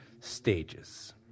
stages